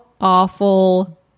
awful